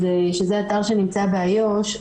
שזה אתר שנמצא באיו"ש,